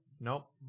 Nope